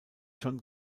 john